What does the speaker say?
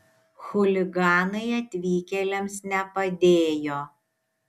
chuliganai atvykėliams nepadėjo